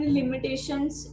limitations